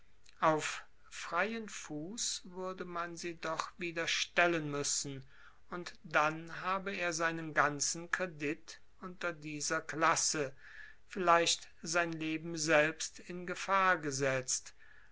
auf freien fuß würde man sie doch wieder stellen müssen und dann habe er seinen ganzen kredit unter dieser klasse vielleicht sein leben selbst in gefahr gesetzt